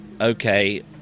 okay